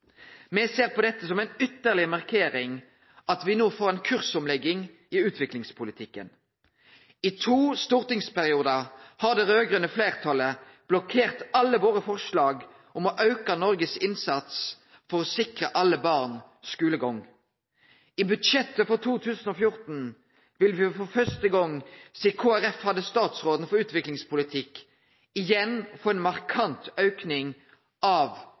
Me ser på dette som ei ytterlegare markering at me no får ei kursomlegging i utviklingspolitikken. I to stortingsperiodar har det raud-grøne fleirtalet blokkert alle våre forslag om å auke Noregs innsats for å sikre alle barn skulegang. I budsjettet for 2014 vil me for første gong sidan Kristeleg Folkeparti hadde statsråden for utviklingspolitikk, igjen få ein markant auke av